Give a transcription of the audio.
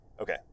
Okay